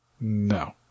No